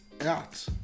out